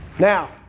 Now